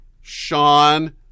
sean